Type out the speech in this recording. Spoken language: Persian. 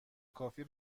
کافی